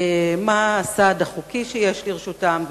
מה הסעד החוקי שיש לרשותם.